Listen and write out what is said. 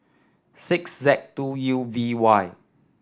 six Z two U V Y